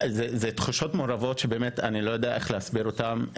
אלה תחושות שאני לא יודע איך להסביר אותן.